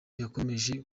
yakomeje